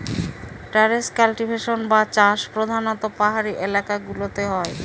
terrace cultivation বা চাষ প্রধানত পাহাড়ি এলাকা গুলোতে করা হয়